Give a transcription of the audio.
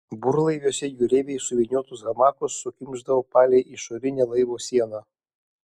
burlaiviuose jūreiviai suvyniotus hamakus sukimšdavo palei išorinę laivo sieną